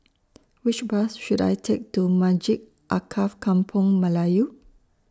Which Bus should I Take to Masjid Alkaff Kampung Melayu